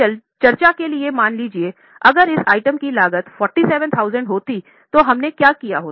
केवल चर्चा के लिए मान लीजिए अगर इस आइटम की लागत 47000 होती तो हमने क्या किया होता